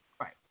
right